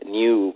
new